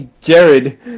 Jared